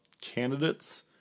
candidates